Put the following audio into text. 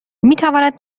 میتواند